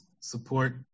support